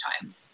time